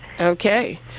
Okay